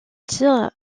tir